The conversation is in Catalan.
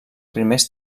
primers